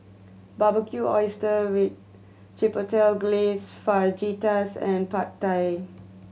Barbecued Oyster with Chipotle Glaze Fajitas and Pad Thai